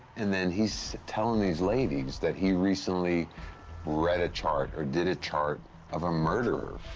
and then he's telling these ladies that he recently read a chart or did a chart of a murderer.